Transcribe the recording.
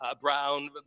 Brown